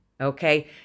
Okay